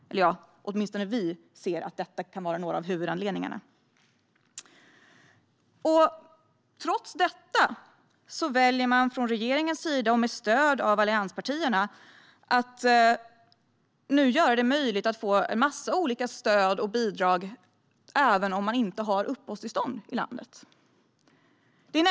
Åtminstone ser vi att detta kan vara några av huvudanledningarna. Trots detta väljer regeringen, med stöd av allianspartierna, att nu göra det möjligt att få en massa stöd och bidrag även om man inte har uppehållstillstånd i landet.